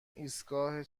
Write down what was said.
ایستگاه